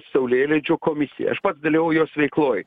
saulėlydžio komisiją aš pats dalyvavau jos veikloj